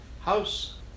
house